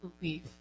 belief